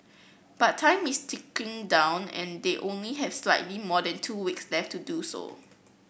but time is ticking down and they only have slightly more than two weeks left to do so